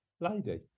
lady